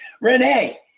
Renee